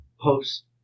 post